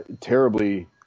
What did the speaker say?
terribly